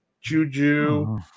Juju